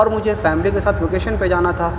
اور مجھے فیملی کے ساتھ ویکیشن پہ جانا تھا